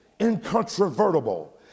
incontrovertible